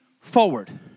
forward